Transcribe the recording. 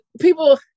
People